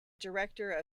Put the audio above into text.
director